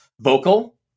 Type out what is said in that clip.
vocal